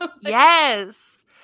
Yes